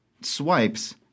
swipes